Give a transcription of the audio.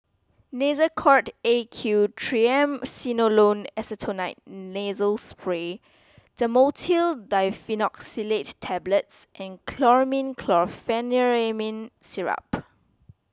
Nasacort A Q Triamcinolone Acetonide Nasal Spray Dhamotil Diphenoxylate Tablets and Chlormine Chlorpheniramine Syrup